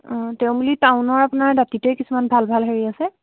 অঁ তেওঁ বুলি টাউনৰ আপোনাৰ দাতিতে কিছমান ভাল ভাল হেৰি আছে